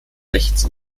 rechts